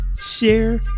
share